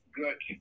good